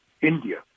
India